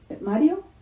Mario